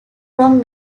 from